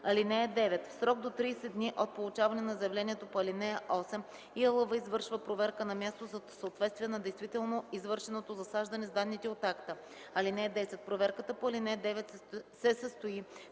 (9) В срок до 30 дни от получаване на заявлението по ал. 8 ИАЛВ извършва проверка на място за съответствие на действително извършеното засаждане с данните от акта. (10) Проверката по ал. 9 се състои